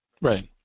right